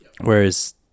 Whereas